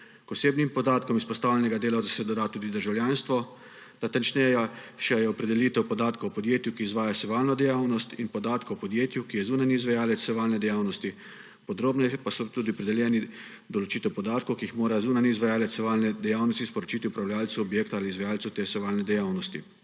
osebnim podatkom izpostavljenega delavca se doda tudi državljanstvo, natančnejša je še opredelitev podatkov o podjetju, ki izvaja sevalno dejavnost, in podatkov o podjetju, ki je zunanji izvajalec sevalne dejavnosti. Podrobneje pa je opredeljena določitev podatkov, ki jih mora zunanji izvajalec sevalne dejavnosti sporočiti upravljavcu objekta ali izvajalcu te sevalne dejavnosti.